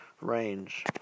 range